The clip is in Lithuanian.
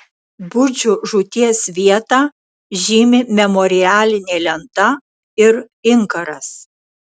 budžio žūties vietą žymi memorialinė lenta ir inkaras